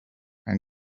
and